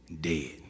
dead